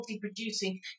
producing